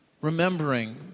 Remembering